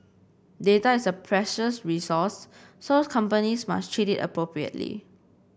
data is a precious resource so companies must treat it appropriately